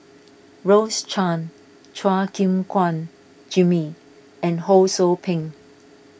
Rose Chan Chua Gim Guan Jimmy and Ho Sou Ping